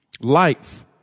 Life